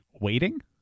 waiting